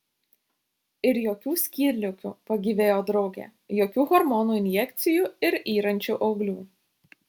ir jokių skydliaukių pagyvėjo draugė jokių hormonų injekcijų ir yrančių auglių